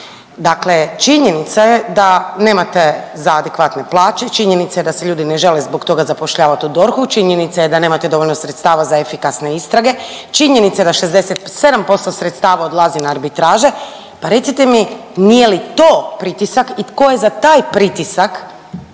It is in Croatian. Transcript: Dakle, činjenica je da nemate za adekvatne plaće, činjenica je da se ljudi ne žele zbog toga zapošljavati u DORH-u, činjenica je da nemate dovoljno sredstava za efikasne istrage, činjenica je da 67% sredstava odlazi na arbitraže. Pa recite mi nije li to pritisak i tko je za taj pritisak